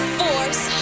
force